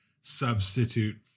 substitute